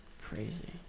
Crazy